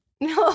No